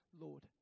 Lord